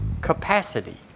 capacity